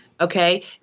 Okay